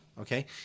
Okay